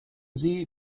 sie